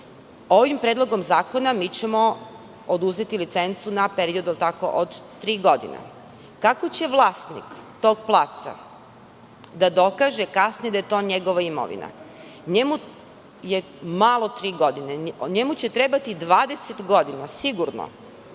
Ovim predlogom zakona mi ćemo oduzeti licencu na period od tri godine. Kako će vlasnik tog placa da dokaže kasnije da je to njegova imovina? Njemu je malo tri godine. Njemu će trebati 20 godina sigurno